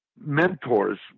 mentor's